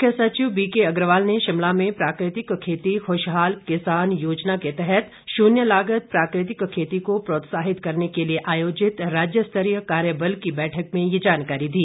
मुख्य सचिव बीके अग्रवाल ने शिमला में प्राकृतिक खेती खुशहाल किसान योजना के तहत शुन्य लागत प्राकृतिक खेती को प्रोत्साहित करने के लिए आयोजित राज्यस्तरीय कार्यबल की बैठक में ये जानकारी दी